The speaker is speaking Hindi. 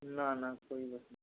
ना ना कोई बस नहीं